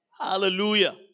Hallelujah